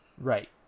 Right